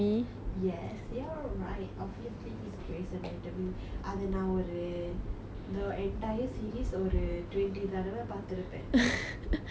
yes you are right obviously is grey's anatomy அதை நான் ஒரு:athai naan oru the entire series ஒரு:oru twenty தடவை பார்த்திருப்பேன்:thadavai paartthiruppen